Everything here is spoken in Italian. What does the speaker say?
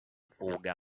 fuga